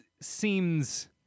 seems